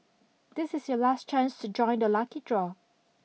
this is your last chance to join the lucky draw